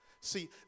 See